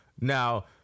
now